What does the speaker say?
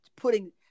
putting